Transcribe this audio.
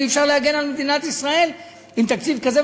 אי-אפשר להגן על מדינת ישראל עם תקציב כזה,